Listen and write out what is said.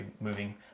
moving